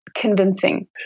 convincing